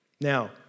Now